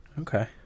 Okay